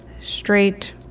straight